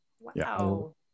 Wow